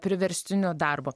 priverstiniu darbu